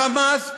ה"חמאס",